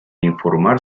informar